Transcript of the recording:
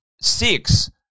six